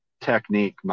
technique